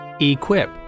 equip